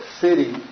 city